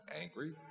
angry